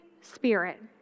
Spirit